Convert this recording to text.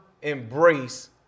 embrace